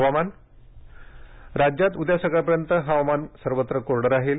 हवामान राज्यात उद्या सकाळपर्यंत हवामान कोरड राहील